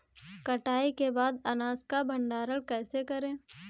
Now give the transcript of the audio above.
कटाई के बाद अनाज का भंडारण कैसे करें?